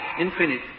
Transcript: infinite